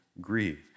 grieve